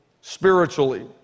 spiritually